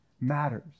matters